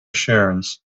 assurance